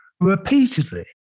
repeatedly